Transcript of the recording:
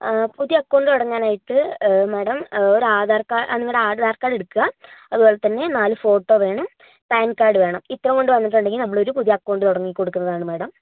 ആ പുതിയ അക്കൌണ്ട് തുടങ്ങാനായിട്ട് മാഡം ഒരു ആധാർ കാർഡ് നിങ്ങളുടെ ആധാർ കാർഡ് എടുക്കുക അതുപോലെ തന്നെ നാല് ഫോട്ടോ വേണം പാൻ കാർഡ് വേണം ഇത്രയും കൊണ്ടുവന്നിട്ടുണ്ടെങ്കിൽ നമ്മൾ ഒരു പുതിയ അക്കൌണ്ട് തുടങ്ങി കൊടുക്കുന്നതാണ് മാഡം